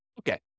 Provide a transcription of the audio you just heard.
Okay